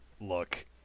Look